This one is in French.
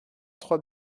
trois